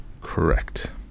Correct